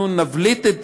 אנחנו נבליט,